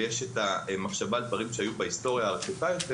ושיש מחשבה על דברים שהיו בהיסטוריה הרחוקה יותר